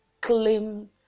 claim